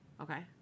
okay